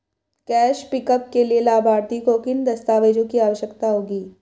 Cash pickup के लिए लाभार्थी को किन दस्तावेजों की आवश्यकता होगी?